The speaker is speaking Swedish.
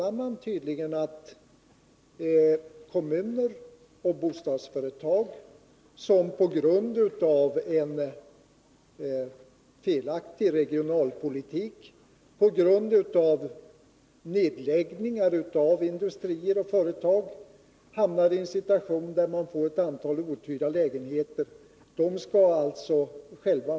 Man menar tydligen att kommuner och allmännyttiga bostadsföretag, som — på grund av en felaktig regionalpolitik, nedläggningar av industrier och företag — hamnar i den situationen att de har ett antal outhyrda lägenheter, själva skall få stå för förlusterna.